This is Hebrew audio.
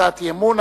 הצעת אי-אמון.